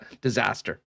disaster